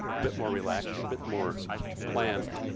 a bit more relaxed, a bit more planned.